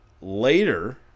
Later